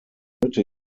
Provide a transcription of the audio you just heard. heute